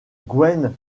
gwen